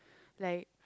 like